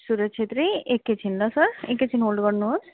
सुरज छेत्री एकैछिन ल सर एकैछिन होल्ड गर्नुहोस्